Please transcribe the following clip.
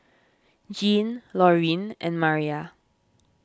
Jeanne Lorene and Mariah